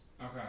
okay